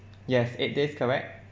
yes eight days correct